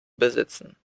besitzen